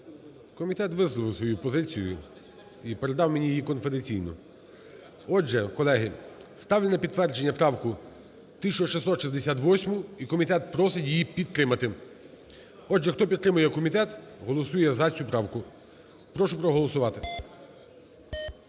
Комітет висловив свою позицію і передав мені її конфіденційно. Отже, колеги, ставлю на підтвердження правку 1668-у. І комітет просить її підтримати. Отже, хто підтримує комітет голосує за цю правку. Прошу проголосувати.